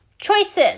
Choices